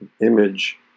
image